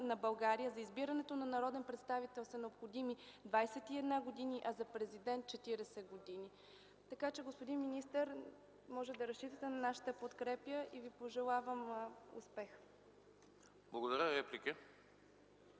на България за избирането на народен представител са необходими 21 години, а за президент – 40 години. Господин министър, може да разчитате на нашата подкрепа и Ви пожелавам успех. ПРЕДСЕДАТЕЛ